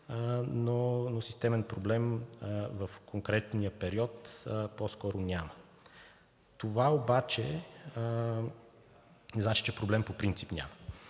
но системен проблем в конкретния период по-скоро няма. Това обаче не значи, че проблем по принцип няма.